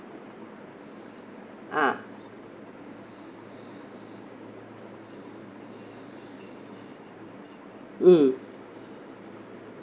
ah mm